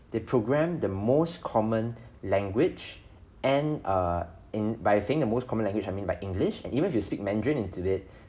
they programmed the most common language and err in by saying the most common language I mean by english and even if you speak mandarin into it